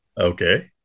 Okay